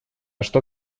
что